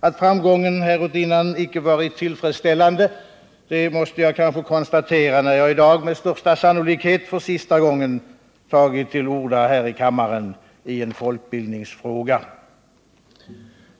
Att framgångarna härutinnan icke varit tillfredsställande, måste jag konstatera när jag i dag här i kammaren, med största sannolikhet för sista gången, tagit till orda i en folkbildningsfråga.